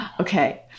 okay